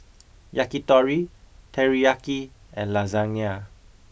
Yakitori Teriyaki and Lasagne